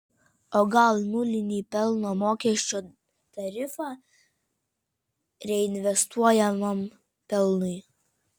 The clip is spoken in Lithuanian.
o gal nulinį pelno mokesčio tarifą reinvestuojamam pelnui